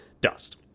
dust